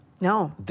No